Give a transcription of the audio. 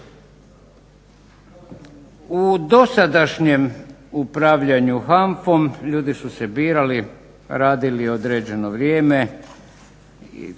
U dosadašnjem upravljanju HANFA-om ljudi su se birali, radili određeno vrijeme